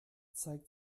zeigt